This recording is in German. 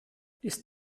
ist